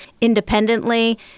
independently